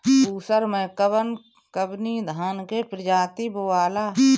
उसर मै कवन कवनि धान के प्रजाति बोआला?